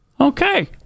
Okay